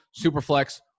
Superflex